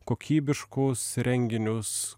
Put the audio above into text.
kokybiškus renginius